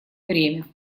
время